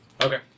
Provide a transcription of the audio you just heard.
Okay